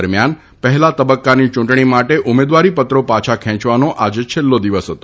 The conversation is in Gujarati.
દરમ્યાન પહેલા તબક્કાની ચૂંટણી માટે ઉમેદવારી પત્રો પાછા ખેંચવાનો આજે છેલ્લો દિવસ હતો